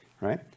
right